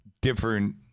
different